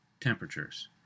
temperatures